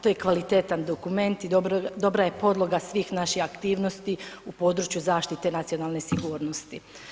To je kvalitetan dokument i dobra je podloga svih naših aktivnosti u području zaštite nacionalne sigurnosti.